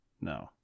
No